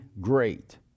great